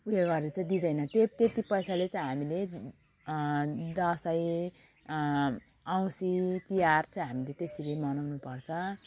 उयोहरू चाहिँ दिँदैन त्यो त्यत्ति पैसाले चाहिँ हामीले दसैँ औँसी तिहार चाहिँ हामीले त्यसरी मनाउनुपर्छ